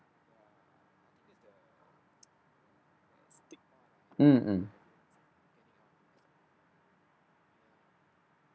mm mm